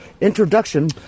introduction